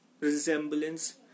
resemblance